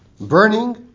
burning